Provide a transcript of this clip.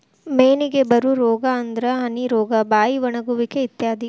ಮೇನಿಗೆ ಬರು ರೋಗಾ ಅಂದ್ರ ಹನಿ ರೋಗಾ, ಬಾಯಿ ಒಣಗುವಿಕೆ ಇತ್ಯಾದಿ